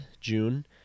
June